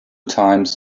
times